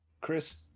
Chris